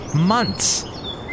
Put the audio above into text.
months